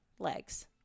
legs